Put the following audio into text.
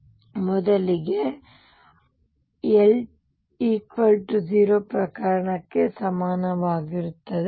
ಆದ್ದರಿಂದ ನಾನು ಮೊದಲು l 0 ಪ್ರಕರಣಕ್ಕೆ ಸಮನಾಗಿರುತ್ತೇನೆ